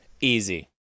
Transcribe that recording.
easy